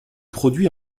produit